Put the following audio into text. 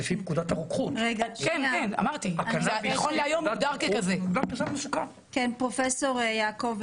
במעבדה שלי לניסויים הפרה-קליניים יש לי כספת ייעודית לקנאביס;